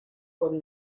con